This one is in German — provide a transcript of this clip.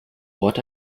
wort